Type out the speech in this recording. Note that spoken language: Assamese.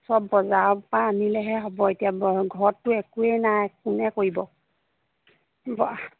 সব বজাৰৰ পৰা আনিলেহে হ'ব এতিয়া ঘৰততো একোৱেই নাই কোনে কৰিব